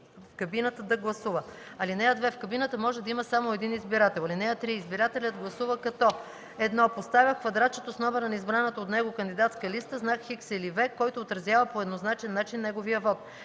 в кабината да гласува. (2) В кабината може да има само един избирател. (3) Избирателят гласува, като: 1. поставя в квадратчето с номера на избраната от него кандидатска листа знак „Х” или „V”, който изразява по еднозначен начин неговия вот;